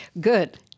good